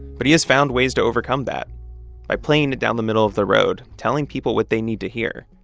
but he has found ways to overcome that by playing it down the middle of the road, telling people what they need to hear,